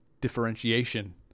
differentiation